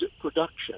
production